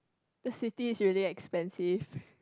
this city is really expensive